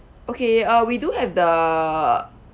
okay uh we do have the